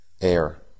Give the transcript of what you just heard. Air